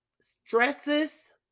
stresses